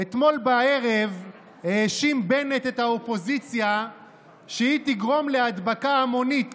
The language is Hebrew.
"אתמול בערב האשים בנט את האופוזיציה שהיא תגרום להדבקה המונית